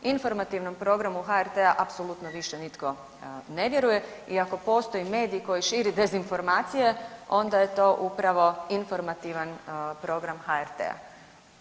Informativnom programu HRT-a apsolutno više nitko ne vjeruje i ako postoji medij koji širi dezinformacije onda je to upravo Informativan program HRT-a.